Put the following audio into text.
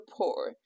poor